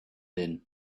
din